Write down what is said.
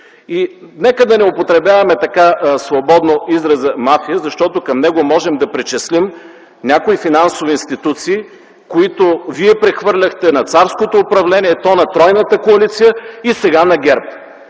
Нека да не употребяваме така свободно израза „мафия”, защото към него можем да причислим някои финансови институции, които вие прехвърляхте на царското управление, то – на тройната коалиция, и сега – на ГЕРБ.